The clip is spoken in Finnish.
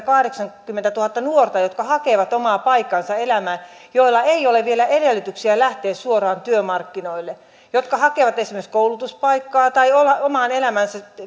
kahdeksankymmentätuhatta nuorta jotka hakevat omaa paikkaansa elämään joilla ei ole vielä edellytyksiä lähteä suoraan työmarkkinoille jotka hakevat esimerkiksi koulutuspaikkaa tai omaan elämäänsä